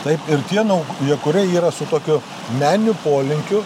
taip ir tie naujakuriai yra su tokiu meniniu polinkiu